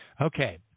Okay